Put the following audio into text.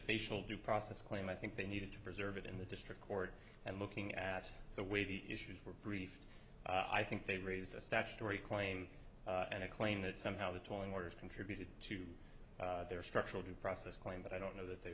facial due process claim i think they needed to preserve it in the district court and looking at the way the issues were briefed i think they raised a statutory claim and a claim that somehow the tolling workers contributed to their structural due process claim but i don't know that they